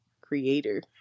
creator